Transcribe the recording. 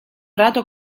rato